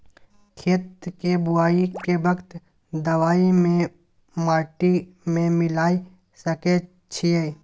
खेत के बुआई के वक्त दबाय के माटी में मिलाय सके छिये?